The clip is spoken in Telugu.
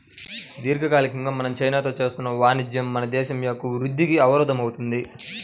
దీర్ఘకాలికంగా మనం చైనాతో చేస్తున్న వాణిజ్యం మన దేశం యొక్క వృద్ధికి అవరోధం అవుతుంది